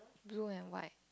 blue and white